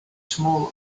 small